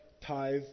tithe